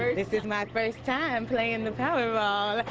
this is my first time playing the powerball